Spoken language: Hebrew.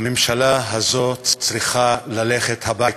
הממשלה הזאת צריכה ללכת הביתה.